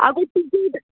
आगो तिकीट